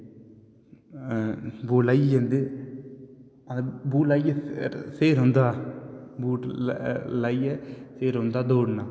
boot लाइये जंदे boot लाइये फिर ओंदा बूट लाइये फिर ओंदा दौड़ना